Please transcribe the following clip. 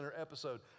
episode